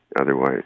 otherwise